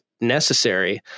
necessary